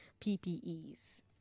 PPEs